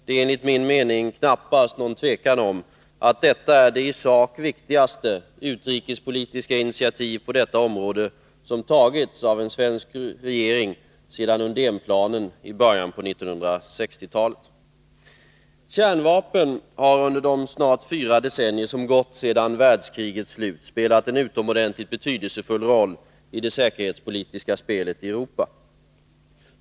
Det råder enligt min mening knappast någon tvekan om att detta är det i sak viktigaste utrikespolitiska initiativ på detta område som tagits av en svensk regering sedan Undénplanen i början av 1960-talet. Kärnvapnen har under de snart fyra decennier som gått sedan världskrigets slut spelat en utomordentligt betydelsefull roll i det säkerhetspolitiska spelet i Europa.